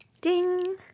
Ding